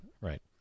Right